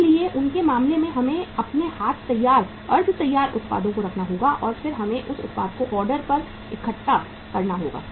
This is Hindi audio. इसलिए उनके मामले में हमें अपने साथ तैयार अर्द्ध तैयार उत्पादों को रखना होगा और फिर हमें उस उत्पाद को ऑर्डर पर इकट्ठा करना होगा